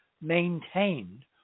maintained